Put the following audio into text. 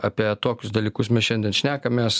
apie tokius dalykus mes šiandien šnekamės